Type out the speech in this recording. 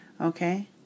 okay